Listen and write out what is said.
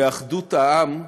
ואחדות העם תישמר.